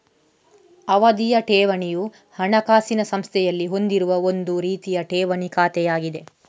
ಅವಧಿಯ ಠೇವಣಿಯು ಹಣಕಾಸಿನ ಸಂಸ್ಥೆಯಲ್ಲಿ ಹೊಂದಿರುವ ಒಂದು ರೀತಿಯ ಠೇವಣಿ ಖಾತೆಯಾಗಿದೆ